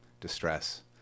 distress